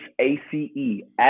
A-C-E